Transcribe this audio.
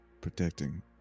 protecting